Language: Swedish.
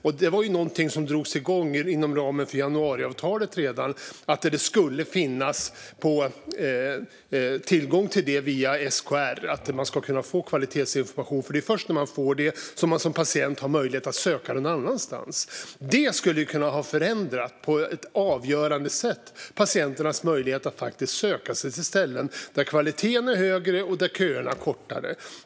Detta var något som drogs igång redan inom ramen för januariavtalet; det skulle finnas tillgång till detta via SKR så att man skulle kunna få kvalitetsinformation. Det är nämligen först när man får det som man som patient har möjlighet att söka någon annanstans. Detta skulle på ett avgörande sätt ha kunnat förändra patienternas möjlighet att söka sig till ställen där kvaliteten är högre och köerna kortare.